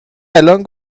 الان